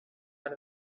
out